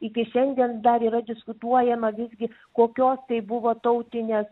iki šiandien dar yra diskutuojama visgi kokios tai buvo tautinės